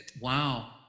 Wow